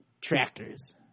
tractors